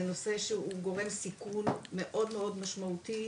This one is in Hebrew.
זה נושא שהוא גורם סיכון מאוד מאוד משמעותי